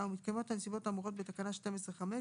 ומתקיימות הנסיבות האמורות בתקנה 12א(4),